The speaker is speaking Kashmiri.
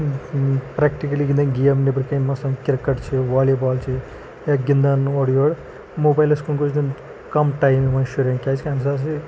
پرٛیکٹِکٔلی گِنٛدَن گیم نٮ۪برٕکَنۍ مثلاً کِرکَٹ چھِ والی بال چھِ یا گِندان اورٕ یورٕ موبایِلَس کُن گوژھ دیُٚن کَم ٹایم یِمَن شُرٮ۪ن کیٛازِکہِ اَمہِ سۭتۍ ہَسا چھِ